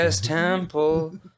temple